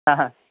हां हां